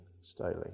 Staley